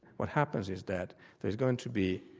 what happens is that there's going to be,